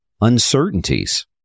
Uncertainties